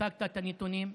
הצגת את הנתונים.